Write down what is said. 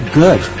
good